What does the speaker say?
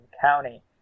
County